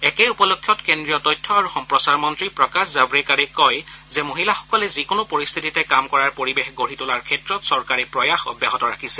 একেই উপলক্ষত কেন্দ্ৰীয় তথ্য আৰু সম্প্ৰচাৰ মন্ত্ৰী প্ৰকাশ জাভেড্কাৰে কয় যে মহিলাসকলে যিকোনো পৰিস্থিতিতে কাম কৰাৰ পৰিৱেশ গঢ়ি তোলাৰ ক্ষেত্ৰত চৰকাৰে প্ৰয়াস অব্যাহত ৰাখিছে